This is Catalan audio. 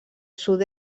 sud